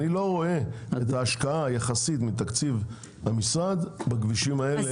אני לא רואה את ההשקעה היחסית מהתקציב של המשרד בכבישים האלה.